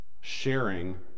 sharing